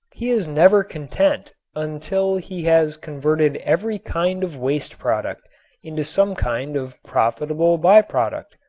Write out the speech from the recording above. he is never content until he has converted every kind of waste product into some kind of profitable by-product.